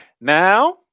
Now